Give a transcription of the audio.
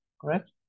correct